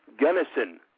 Gunnison